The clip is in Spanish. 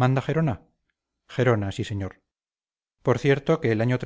manda gerona gerona sí señor por cierto que el año